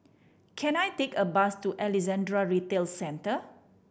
can I take a bus to Alexandra Retail Centre